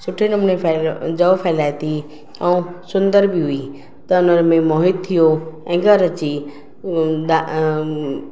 सुठे नमूने फहिलाए जव फहिलाए थी ऐं सुंदर बि हुई त हुनमें मोहित थी वियो ऐं घर अची उं दा